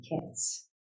kids